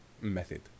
method